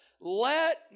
Let